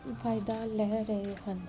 ਫਾਇਦਾ ਲੈ ਰਹੇ ਹਨ